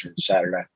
Saturday